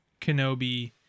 Kenobi